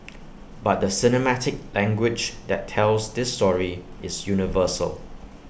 but the cinematic language that tells this story is universal